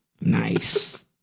nice